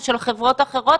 או של חברות אחרות,